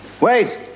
Wait